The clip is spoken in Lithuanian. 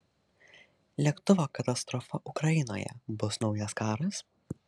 lėktuvo katastrofa ukrainoje bus naujas karas